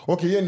Okay